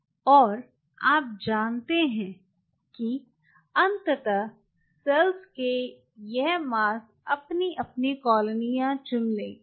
और आप जानते हैं कि अंततः सेल्स के यह मास अपनी अपनी कॉलोनियाँ चुन लेते हैं